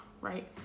right